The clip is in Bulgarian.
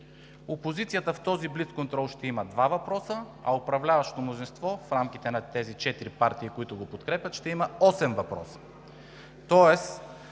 Опозицията в този блицконтрол ще има два въпроса, а управляващото мнозинство в рамките на тези четири партии, които го подкрепят, ще има осем въпроса.